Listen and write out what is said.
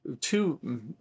two